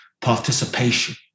participation